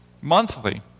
monthly